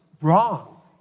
wrong